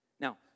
Now